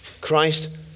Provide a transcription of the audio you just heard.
Christ